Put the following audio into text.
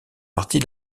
partie